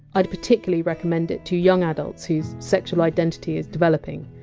i'd particularly recommend it to young adults whose sexual identity is developing.